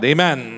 Amen